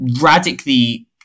radically